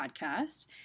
podcast